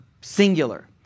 singular